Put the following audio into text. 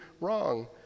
wrong